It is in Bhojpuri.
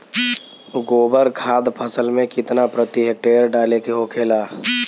गोबर खाद फसल में कितना प्रति हेक्टेयर डाले के होखेला?